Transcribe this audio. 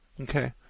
Okay